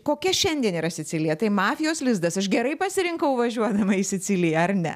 kokia šiandien yra sicilija tai mafijos lizdas aš gerai pasirinkau važiuodama į siciliją ar ne